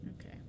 Okay